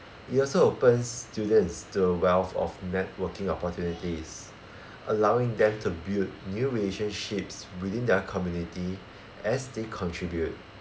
it also opens students to a wealth of networking opportunities allowing them to build new relationships within their community as they contribute